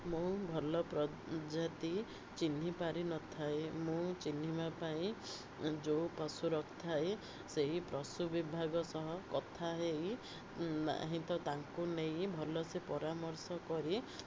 ମୁଁ ଭଲ ପ୍ରଜାତି ଚିହ୍ନି ପାରିନଥାଏ ମୁଁ ଚିହ୍ନିବା ପାଇଁ ଯେଉଁ ପଶୁ ରଖଥାଏ ସେହି ପଶୁ ବିଭାଗ ସହ କଥା ହେଇ ନାହିଁ ତ ତାଙ୍କୁ ନେଇ ଭଲ ସେ ପରାମର୍ଶ କରି